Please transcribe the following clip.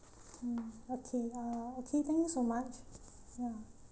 mm okay uh okay thank you so much ya